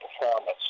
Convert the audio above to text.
performance